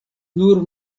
nur